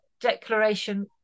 declaration